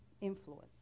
influence